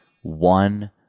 one